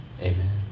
Amen